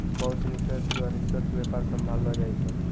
बहुत सिनी सदस्य द्वारा निष्पक्ष व्यापार सम्भाललो जाय छै